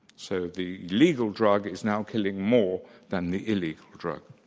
so the legal drug is now killing more than the illegal drug.